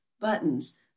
buttons